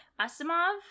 Asimov